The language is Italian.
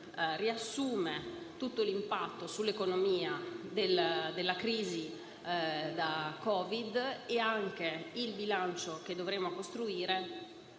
riassume tutto l'impatto sull'economia della crisi provocata dal Covid e il bilancio che dovremo costruire